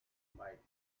might